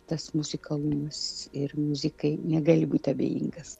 tas muzikalumas ir muzikai negali būti abejingas